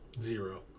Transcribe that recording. Zero